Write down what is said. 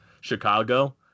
Chicago